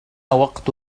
وقت